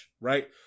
right